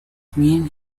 mean